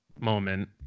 moment